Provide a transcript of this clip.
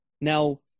Now